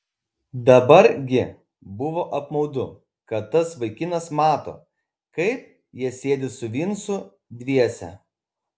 dabar gi buvo apmaudu kad tas vaikinas mato kaip jie sėdi su vincu dviese